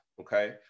okay